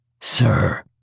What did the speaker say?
Sir